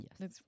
yes